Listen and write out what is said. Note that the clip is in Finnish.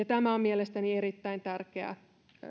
tämä on mielestäni erittäin tärkeä